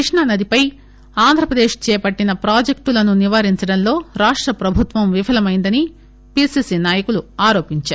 కృష్ణా నదిపై ఆంధ్రప్రదేశ్ చేపట్టిన ప్రాజెక్టులను నివారించడంలో రాష్ట ప్రభుత్వం విఫలమైందని పిసిసి నాయకులు ఆరోపించారు